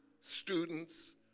students